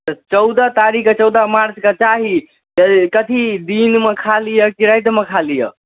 तऽ चौदह तारीखकेँ चौदह मार्चकेँ चाही तऽ कथी दिनमे खाली यए कि रातिमे खाली यए